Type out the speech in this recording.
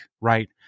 right